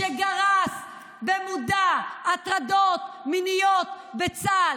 שגרס במודע הטרדות מיניות בצה"ל.